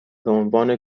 بهعنوان